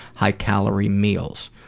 high calorie meals?